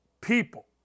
people